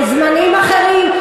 בזמנים אחרים,